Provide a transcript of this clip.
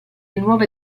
nuove